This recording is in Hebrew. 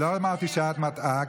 אני לא אמרתי שאת מטעה,